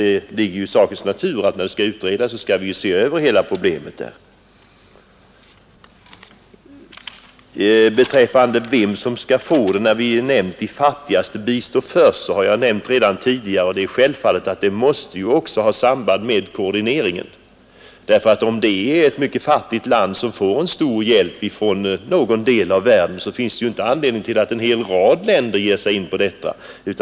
Det ligger ju i sakens natur när det nu finns en utredning som skall se över hela problemet. Det har sagts att de fattigaste bör få bistånd först. Som jag nämnt tidigare är det självklart att man också måste tänka på koordineringen. Om ett mycket fattigt land får en omfattande hjälp från någon del av världen, så finns det inte anledning till att en hel rad andra länder också ger bistånd i det fallet.